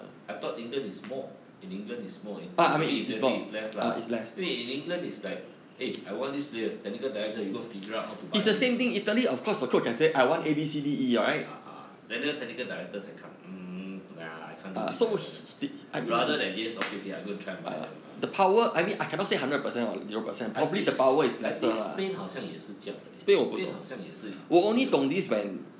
I thought england is more in england is more in I mean italy is less lah 因为 in england it's like eh I want this player technical director you figure out how to buy him ah ah ah like that technical director 才看 mm nah I can't do this like that like that rather than yes okay okay I go and try and buy them I think s~ I think spain 好像也是这样的 eh spain 好像也是 can bill